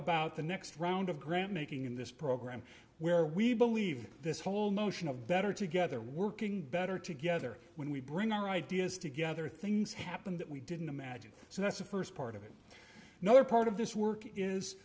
about the next round of grant making in this program where we believe this whole notion of better together working better together when we bring our ideas together things happen that we didn't imagine so that's the first part of it another part of this work is